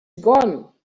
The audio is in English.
gone